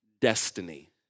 destiny